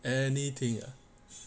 anything ah